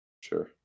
Sure